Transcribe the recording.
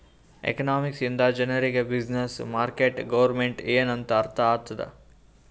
economics ಇಂದ ಜನರಿಗ್ business, market, government ಎನ್ ಅಂತ್ ಅರ್ಥ ಆತ್ತುದ್